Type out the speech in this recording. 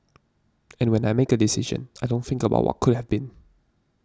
and when I make a decision I don't think about what could have been